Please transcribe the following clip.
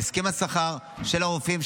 בהסכם השכר של הרופאים,